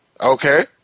Okay